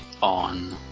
on